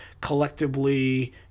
collectively